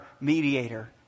mediator